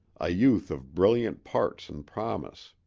a youth of brilliant parts and promise.